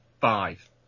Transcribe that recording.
five